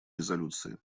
резолюции